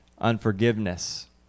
unforgiveness